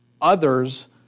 others